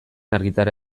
argitara